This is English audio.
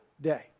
day